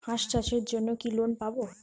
হাঁস চাষের জন্য কি লোন পাব?